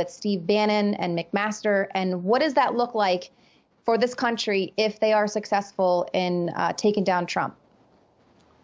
with steve bannon and mcmaster and what does that look like for this country if they are successful in taking down trump